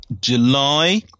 july